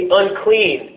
unclean